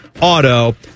Auto